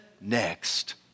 next